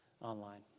online